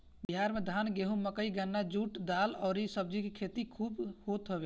बिहार में धान, गेंहू, मकई, गन्ना, जुट, दाल अउरी सब्जी के खेती खूब होत हवे